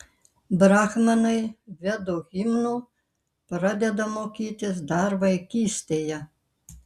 brahmanai vedų himnų pradeda mokytis dar vaikystėje